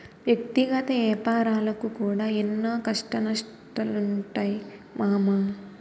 వ్యక్తిగత ఏపారాలకు కూడా ఎన్నో కష్టనష్టాలుంటయ్ మామా